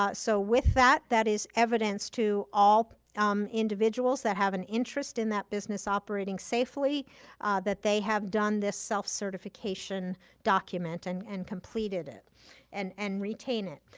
ah so with that, that is evidence to all um individuals that have an interest in that business operating safely that they have done this self-certification document and and completed it and and retain it.